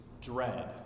dread